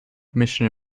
mission